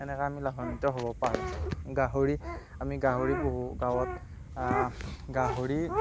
সেনেকৈ আমি লাভান্বিত হ'ব পাৰোঁ গাহৰি আমি গাহৰি পোহো গাঁৱত গাহৰি